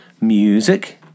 music